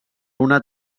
una